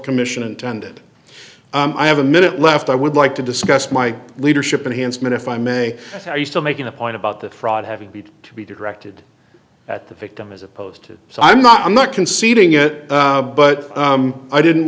commission intended i have a minute left i would like to discuss my leadership enhanced minified may i say are you still making a point about the fraud having to be directed at the victim as opposed to so i'm not i'm not conceding it but i didn't